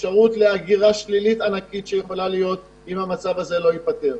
ולהגירה השלילית מהעיר אילת אם המצב הזה לא ייפתר.